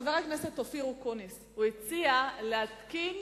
חבר הכנסת אופיר אקוניס הציע להתקין